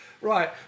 right